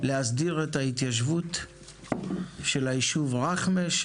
להסדרת ההתיישבות של היישוב רכמה,